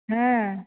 ହଁ ମୁଁ